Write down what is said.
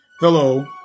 Hello